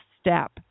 step